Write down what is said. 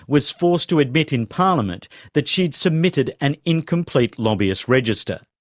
was forced to admit in parliament that she had submitted an incomplete lobbyist register.